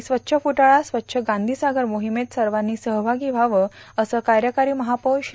आणि स्वच्छ फुटाळा स्वच्छ गांधीसागर मोहिमेत सर्वांनी सहभागी व्हावं असं कार्यकारी महापौर श्री